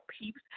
peeps